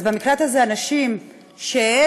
אז במקלט הזה, הנשים שהעזו